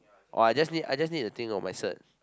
oh I just need I just need to think of my cert